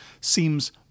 seems